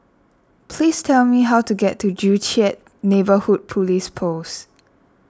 please tell me how to get to Joo Chiat Neighbourhood Police Post